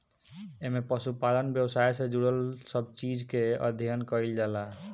एमे पशुपालन व्यवसाय से जुड़ल सब चीज के अध्ययन कईल जाला